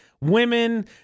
Women